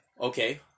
Okay